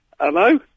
Hello